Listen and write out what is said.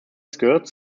skirts